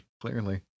clearly